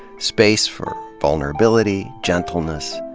space for vulnerability, gentleness,